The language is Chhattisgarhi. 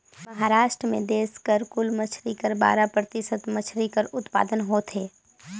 महारास्ट में देस कर कुल मछरी कर बारा परतिसत मछरी कर उत्पादन होथे